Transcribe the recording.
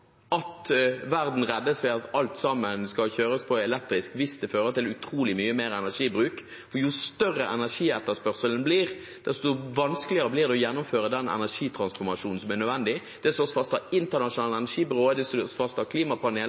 at verden reddes ved at alt sammen skal kjøres på elektrisitet, hvis det fører til utrolig mye mer energibruk. For jo større energietterspørselen blir, desto vanskeligere blir det å gjennomføre den energitransformasjonen som er nødvendig. Det slås fast av Det internasjonale energibyrået, det slås fast av klimapanelet,